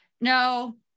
No